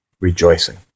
rejoicing